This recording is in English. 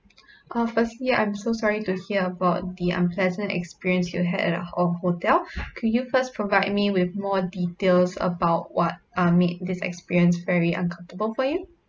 uh firstly I'm so sorry to hear about the unpleasant experience you had at uh our hotel could you first provide me with more details about what uh made this experience very uncomfortable for you